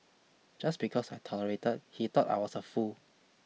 just because I tolerated he thought I was a fool